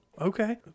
Okay